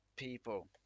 people